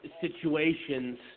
situations